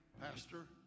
Pastor